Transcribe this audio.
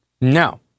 No